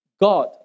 God